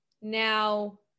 Now